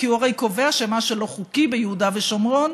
כי הוא הרי קובע שמה שלא חוקי ביהודה ושומרון,